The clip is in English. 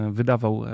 wydawał